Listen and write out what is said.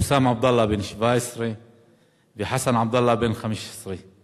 חוסאם עבדאללה בן 17 וחסן עבדאללה בן 15 בלבד,